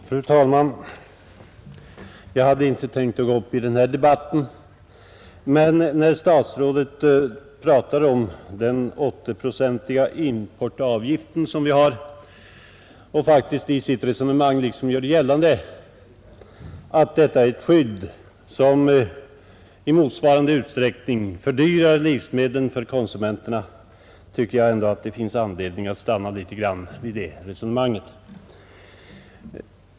Fru talman! Jag hade inte tänkt gå upp i den här debatten, men när statsrådet talade om den 80-procentiga importavgiften och ville göra gällande att denna är ett skydd som i motsvarande utsträckning fördyrar livsmedlen för konsumenterna, tycker jag ändå att det finns all anledning att stanna litet vid det resonemanget.